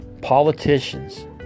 politicians